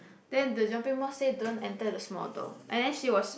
then the jumping mouse say don't enter the small door and then she was so